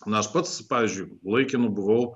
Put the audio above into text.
na aš pats pavyzdžiui laikinu buvau